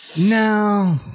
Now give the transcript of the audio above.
No